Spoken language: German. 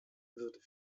wird